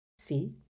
See